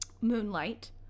moonlight